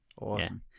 Awesome